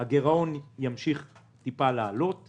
הגירעון ימשיך לעלות קצת.